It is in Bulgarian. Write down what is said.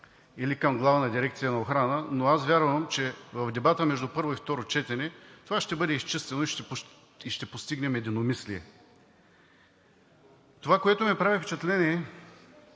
или към Главна дирекция „Охрана“, но аз вярвам, че в дебата между първо и второ четене това ще бъде изчистено и ще постигнем единомислие. Прави ми впечатление в